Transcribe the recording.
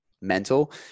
mental